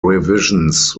revisions